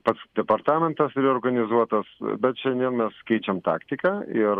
pats departamentas reorganizuotas bet šiandien mes keičiam taktiką ir